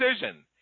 decision